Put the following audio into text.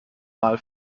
mal